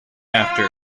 after